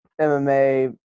MMA